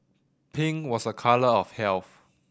pink was a colour of health